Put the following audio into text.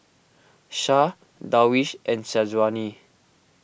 Shah Darwish and Syazwani